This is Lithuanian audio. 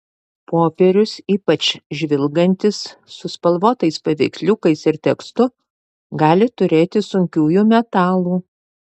popierius ypač žvilgantis su spalvotais paveiksliukais ir tekstu gali turėti sunkiųjų metalų